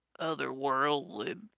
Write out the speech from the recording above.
otherworldly